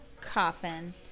coffin